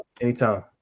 anytime